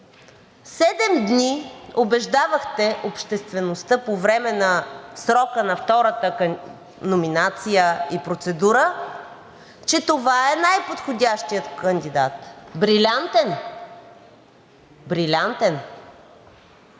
седем дни убеждавахте обществеността по време на срока на втората номинация и процедура, че това е най подходящият кандидат – брилянтен, брилянтен,